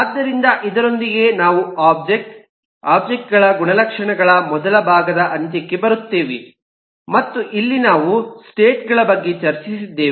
ಆದ್ದರಿಂದ ಇದರೊಂದಿಗೆ ನಾವು ಒಬ್ಜೆಕ್ಟ್ ಒಬ್ಜೆಕ್ಟ್ ಗಳ ಗುಣಲಕ್ಷಣಗಳ ಮೊದಲ ಭಾಗದ ಅಂತ್ಯಕ್ಕೆ ಬರುತ್ತೇವೆ ಮತ್ತು ಇಲ್ಲಿ ನಾವು ಸ್ಟೇಟ್ ಗಳ ಬಗ್ಗೆ ಚರ್ಚಿಸಿದ್ದೇವೆ